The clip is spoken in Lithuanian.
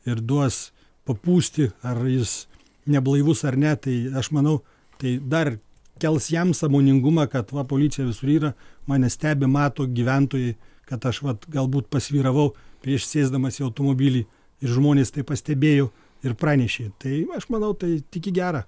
ir duos papūsti ar jis neblaivus ar ne tai aš manau tai dar kels jam sąmoningumą kad va policija visur yra mane stebi mato gyventojai kad aš vat galbūt pasvyravau prieš sėsdamas į automobilį ir žmonės tai pastebėjo ir pranešė tai aš manau tai tik į gera